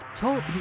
Talk